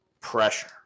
pressure